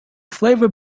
flavour